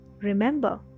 Remember